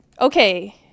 Okay